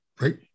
right